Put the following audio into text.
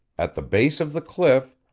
at the base of the cliff,